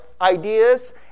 ideas